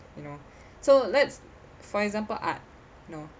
you know so let's for example art know